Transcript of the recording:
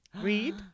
read